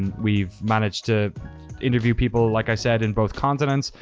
and we've managed to interview people, like i said, in both continents.